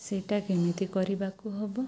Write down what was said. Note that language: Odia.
ସେଇଟା କେମିତି କରିବାକୁ ହବ